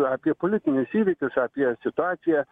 apie politinius įvykius apie situaciją